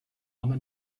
ona